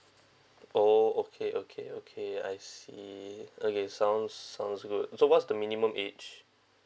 orh okay okay okay I see okay sounds sounds good so what's the minimum age